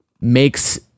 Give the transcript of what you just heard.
makes